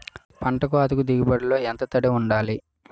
పంట కోతకు దిగుబడి లో ఎంత తడి వుండాలి?